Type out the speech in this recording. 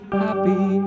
happy